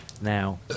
Now